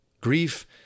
Grief